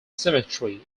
cemetery